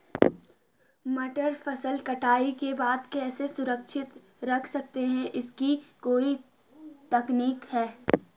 मटर को फसल कटाई के बाद कैसे सुरक्षित रख सकते हैं इसकी कोई तकनीक है?